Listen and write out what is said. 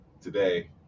today